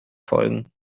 folgen